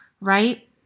Right